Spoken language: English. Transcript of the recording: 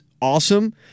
awesome